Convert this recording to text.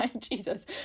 jesus